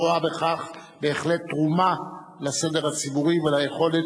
שרואה בכך בהחלט תרומה לסדר הציבורי וליכולת